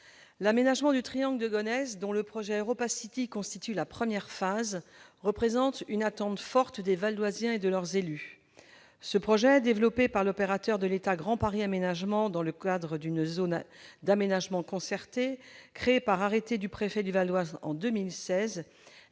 l'aménagement du triangle de Gonesse, dont le projet Europa City constitue la première phase, répond à une attente forte des Valdoisiens et de leurs élus. Ce projet, développé par l'opérateur de l'État Grand Paris Aménagement, dans le cadre d'une zone d'aménagement concerté constituée par arrêté du préfet du Val-d'Oise en 2016,